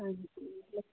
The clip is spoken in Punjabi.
ਹਾਂਜੀ